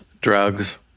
drugs